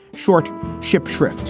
short ship shrift